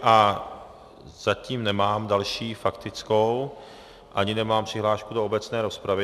A zatím nemám další faktickou, ani nemám přihlášku do obecné rozpravy.